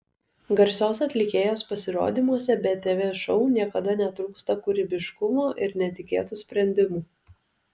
garsios atlikėjos pasirodymuose btv šou niekada netrūksta kūrybiškumo ir netikėtų sprendimų